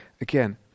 Again